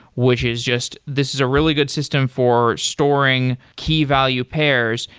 which is just this is a really good system for storing key value pairs.